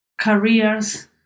careers